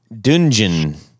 Dungeon